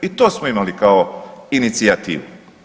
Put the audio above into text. I to smo imali kao inicijativu.